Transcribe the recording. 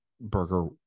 burger